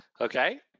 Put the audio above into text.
okay